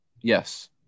Yes